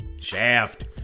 Shaft